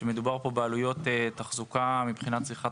שמדובר פה בעלויות תחזוקה לא קטנות מבחינת צריכת